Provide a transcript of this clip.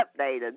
Updated